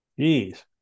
Jeez